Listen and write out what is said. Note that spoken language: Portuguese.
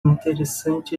interessante